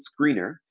screener